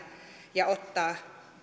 ja ottaa